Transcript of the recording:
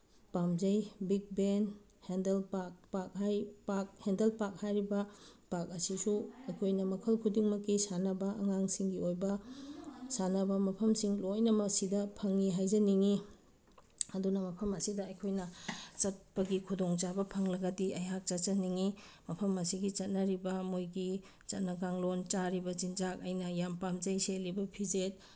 ꯄꯥꯝꯖꯩ ꯕꯤꯛ ꯕꯦꯟ ꯍꯦꯟꯗꯜ ꯄꯥꯛ ꯄꯥꯛ ꯄꯥꯛ ꯍꯦꯟꯗꯜ ꯄꯥꯛ ꯍꯥꯏꯔꯤꯕ ꯄꯥꯛ ꯑꯁꯤꯁꯨ ꯑꯩꯈꯣꯏꯅ ꯃꯈꯜ ꯈꯨꯗꯤꯡꯃꯛꯀꯤ ꯁꯥꯟꯅꯕ ꯑꯉꯥꯡꯁꯤꯡꯒꯤ ꯑꯣꯏꯕ ꯁꯥꯟꯅꯕ ꯃꯐꯝꯁꯤꯡ ꯂꯣꯏꯅꯃꯛ ꯁꯤꯗ ꯐꯪꯉꯤ ꯍꯥꯏꯖꯅꯤꯡꯉꯤ ꯑꯗꯨꯅ ꯃꯐꯝ ꯑꯁꯤꯗ ꯑꯩꯈꯣꯏꯅ ꯆꯠꯄꯒꯤ ꯈꯨꯗꯣꯡꯆꯥꯕ ꯐꯪꯂꯒꯗꯤ ꯑꯩꯍꯥꯛ ꯆꯠꯆꯅꯤꯡꯉꯤ ꯃꯐꯝ ꯑꯁꯤꯒꯤ ꯆꯠꯅꯔꯤꯕ ꯃꯣꯏꯒꯤ ꯆꯠꯅ ꯀꯥꯡꯂꯣꯟ ꯆꯥꯔꯤꯕ ꯆꯤꯟꯖꯥꯛ ꯑꯩꯅ ꯌꯥꯝ ꯄꯥꯝꯖꯩ ꯁꯦꯠꯂꯤꯕ ꯐꯤꯖꯦꯠ